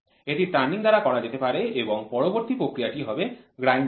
এটি টার্নিং দ্বারা করা যেতে পারে এবং পরবর্তী প্রক্রিয়াটি হবে গ্রাইন্ডিং